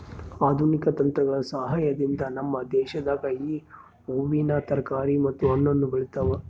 ಆಧುನಿಕ ತಂತ್ರಗಳ ಸಹಾಯದಿಂದ ನಮ್ಮ ದೇಶದಾಗ ಈ ಹೂವಿನ ತರಕಾರಿ ಮತ್ತು ಹಣ್ಣನ್ನು ಬೆಳೆತವ